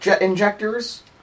injectors